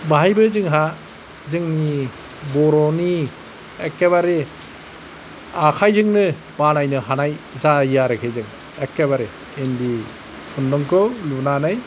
बाहायबो जोंहा जोंनि बर'नि एखेबारि आखाइजोंनो बानायनो हानाय जायो आरोखि जों एखेबारि इन्दि खुन्दुंखौ लुनानै